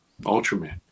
Ultraman